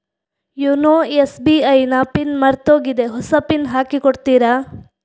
YONO SBI ನ pin ಮರ್ತೋಗಿದೆ ಹೊಸ ಪಿನ್ ಹಾಕಿ ಕೊಡ್ತೀರಾ?